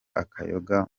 akayoga